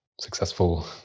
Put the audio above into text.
successful